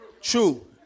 True